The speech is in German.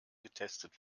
getestet